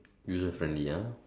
user friendly ya